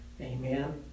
Amen